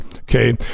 okay